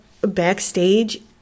backstage